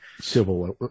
civil